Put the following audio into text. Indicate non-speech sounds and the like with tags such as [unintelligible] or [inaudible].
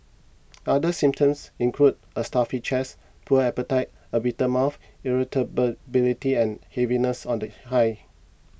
other symptoms include a stuffy chest poor appetite a bitter mouth [unintelligible] ability and heaviness of the hide